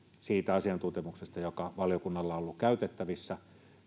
siitä asiantuntemuksesta joka valiokunnalla on ollut käytettävissä